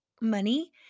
money